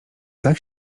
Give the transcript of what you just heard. tak